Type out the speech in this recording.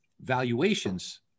valuations